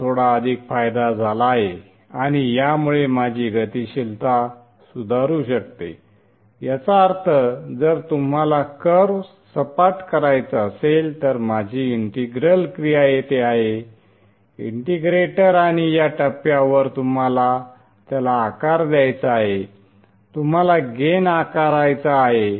मला थोडा अधिक फायदा झाला आहे आणि यामुळे माझी गतिशीलता सुधारू शकते याचा अर्थ जर तुम्हाला कर्व सपाट करायचा असेल तर माझी इंटिग्रल क्रिया येथे आहे इंटिग्रेटर आणि या टप्प्यावर तुम्हाला त्याला आकार द्यायचा आहे तुम्हाला गेन आकारायचा आहे